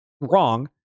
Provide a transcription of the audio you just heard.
wrong